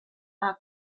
are